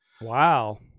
Wow